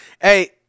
Hey